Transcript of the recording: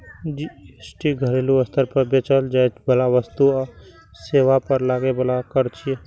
GST घरेलू स्तर पर बेचल जाइ बला वस्तु आ सेवा पर लागै बला कर छियै